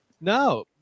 No